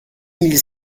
mille